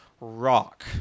rock